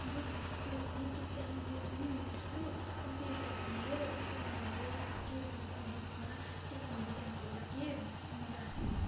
you YouTube च्यानलतिर पनि हेर्छु कसरी पकाउने हो कसो गर्ने हो के गर्नुपर्ने त्यसमा चिकन बिरयानीको लागि अन्त